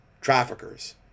traffickers